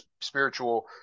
spiritual